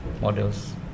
models